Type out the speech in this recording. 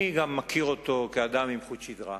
אני גם מכיר אותו כאדם עם חוט שדרה,